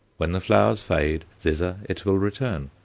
when the flowers fade, thither it will return,